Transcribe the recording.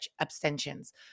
abstentions